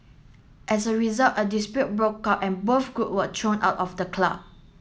as a result a dispute broke out and both group were thrown out of the club